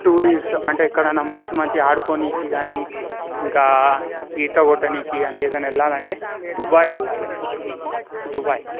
tourist అంటే ఎక్కడైనా మంచి మంచి ఆడుకోనీకి గానీ ఇంకా ఈత కొట్టనీకి అని ఎటన్నా వెళ్లాలంటే దుబాయ్ వెళ్ళాలి దుబాయ్